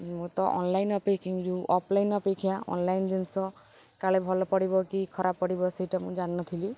ମୁଁ ତ ଅନ୍ଲାଇନ୍ ଅପେକ୍ଷା ଯୋଉ ଅଫ୍ଲାଇନ୍ ଅପେକ୍ଷା ଅନ୍ଲାଇନ୍ ଜିନିଷ କାଳେ ଭଲ ପଡ଼ିବ କି ଖରାପ ପଡ଼ିବ ସେଇଟା ମୁଁ ଜାଣିନଥିଲି